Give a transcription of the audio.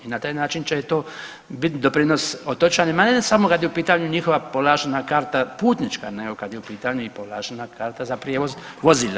I na taj način će to bit doprinos otočanima ne samo kad je u pitanju njihova povlaštena karta putnička, nego kad je u pitanju i povlaštena karta za prijevoz vozila.